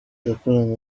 yakoranye